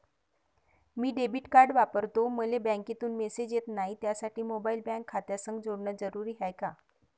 मी debit card वापरतो मले बँकेतून मॅसेज येत नाही, त्यासाठी मोबाईल बँक खात्यासंग जोडनं जरुरी हाय का?